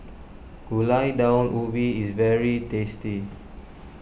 Gulai Daun Ubi is very tasty